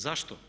Zašto?